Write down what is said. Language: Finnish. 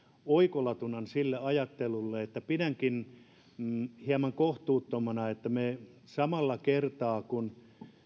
oikolatuna sille ajattelulle että pidän hieman kohtuuttomana että samalla kertaa kun